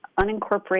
unincorporated